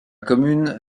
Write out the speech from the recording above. commune